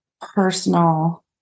personal